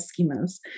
schemas